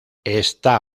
está